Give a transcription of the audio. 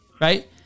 right